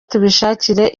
tubishakire